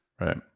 right